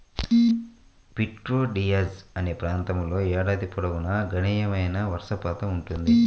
Prieto Diaz అనే ప్రాంతంలో ఏడాది పొడవునా గణనీయమైన వర్షపాతం ఉంటుంది